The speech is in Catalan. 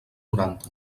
noranta